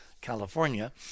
California